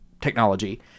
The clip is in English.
technology